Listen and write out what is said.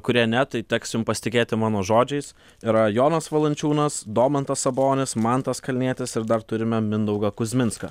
kurie ne tai teks jum pasitikėti mano žodžiais yra jonas valančiūnas domantas sabonis mantas kalnietis ir dar turime mindaugą kuzminską